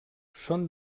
són